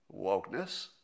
Wokeness